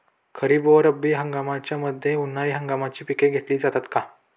खरीप व रब्बी हंगामाच्या मध्ये उन्हाळी हंगामाची पिके घेतली जातात का?